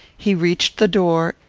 he reached the door,